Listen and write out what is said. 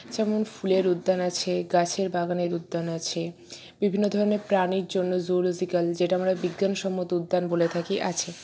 যেমন ফুলের উদ্যান আছে গাছের বাগানের উদ্যান আছে বিভিন্ন ধরনের প্রাণীর জন্য জুওলোজিক্যাল যেটা আমরা বিজ্ঞানসম্মত উদ্যান বলে থাকি আছে